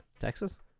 Texas